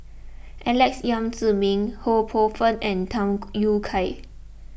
Alex Yam Ziming Ho Poh Fun and Tham Yui Kai